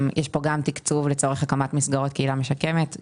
יש פה תקצוב לצורך הקמת מסגרות קהילה משקמת,